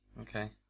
Okay